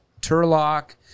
Turlock